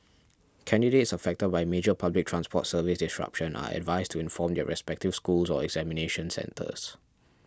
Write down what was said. candidates affected by major public transport service disruption are advised to inform their respective schools or examination centres